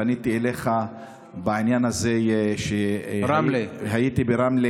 פניתי אליך בעניין הזה כשהייתי ברמלה